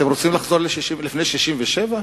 אתם רוצים לחזור לפני 1967?